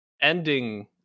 ending